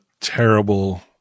terrible